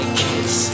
kiss